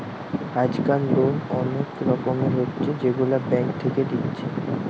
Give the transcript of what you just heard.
আজকাল লোন অনেক রকমের হচ্ছে যেগুলা ব্যাঙ্ক থেকে দিচ্ছে